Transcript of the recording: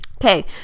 Okay